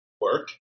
work